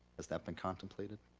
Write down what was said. has that been contemplated?